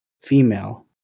female